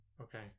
Okay